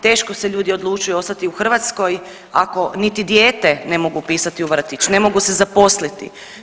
Teško se ljudi odlučuju ostati u Hrvatskoj ako niti dijete ne mogu upisati u vrtić, ne mogu se zaposliti.